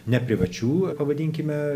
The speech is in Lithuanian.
ne privačių pavadinkime